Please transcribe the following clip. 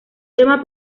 tema